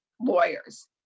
lawyers